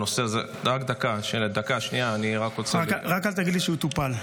רק אל תגיד לי שהוא טופל.